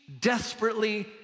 desperately